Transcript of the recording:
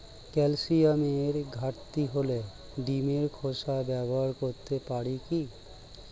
ক্যালসিয়ামের ঘাটতি হলে ডিমের খোসা ব্যবহার করতে পারি কি?